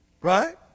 right